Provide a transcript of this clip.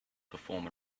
perform